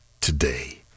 today